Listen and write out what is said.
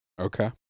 Okay